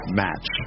match